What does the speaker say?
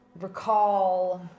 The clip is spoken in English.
recall